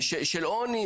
לא עובדים,